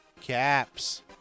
Caps